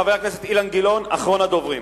חבר הכנסת אילן גילאון, אחרון הדוברים.